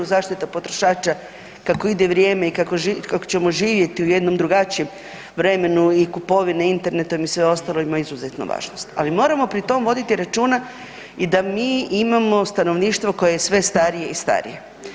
Zaštita potrošača kako ide vrijeme i kako ćemo živjeti u jednom drugačijem vremenu i kupovine internetom i sve ostalo ima izuzetnu važnost, ali moramo pri tom voditi računa i da mi imamo stanovništvo koje je sve starije i starije.